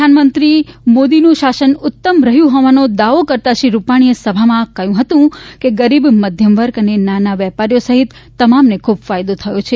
પ્રધાનમંત્રી મોદીનું શાસન ઉત્તમ રહ્યું હોવાનો દાવો કરતા શ્રી રૂપાગ્રીએ સભામાં કહ્યું હતું કે ગરીબ મધ્યમવર્ગ તથા નાના વેપારીઓ સહિત તમામને ખુબ ફાયદો થયો છે